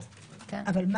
14 בדצמבר 2021. אנחנו